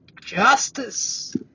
Justice